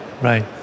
right